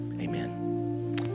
Amen